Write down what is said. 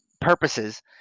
purposes